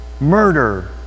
murder